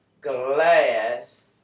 glass